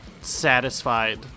satisfied